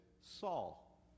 Saul